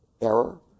error